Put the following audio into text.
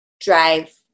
drive